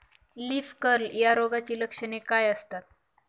Leaf curl या रोगाची लक्षणे काय असतात?